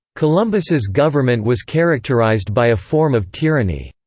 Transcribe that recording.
columbus's government was characterised by a form of tyranny,